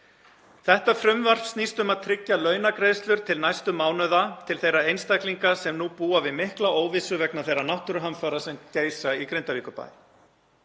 Þetta frumvarp snýst um að tryggja launagreiðslur til næstu mánaða til þeirra einstaklinga sem nú búa við mikla óvissu vegna þeirra náttúruhamfara sem geisa í Grindavíkurbæ.